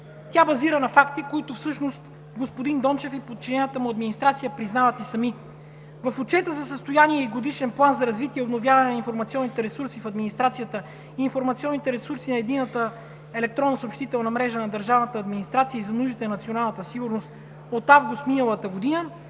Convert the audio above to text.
се базира на факти, които всъщност господин Дончев и подчинената му администрация признават и сами. В отчета за състояние и Годишен план за развитие и обновяване на информационните ресурси в администрацията и информационните ресурси на единната електронна съобщителна мрежа на